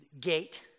gate